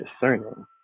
discerning